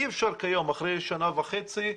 אי אפשר שכיום, אחרי שנה וחצי,